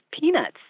peanuts